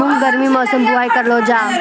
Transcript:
मूंग गर्मी मौसम बुवाई करलो जा?